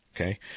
okay